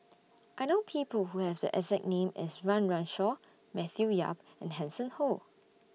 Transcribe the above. I know People Who Have The exact name as Run Run Shaw Matthew Yap and Hanson Ho